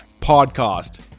podcast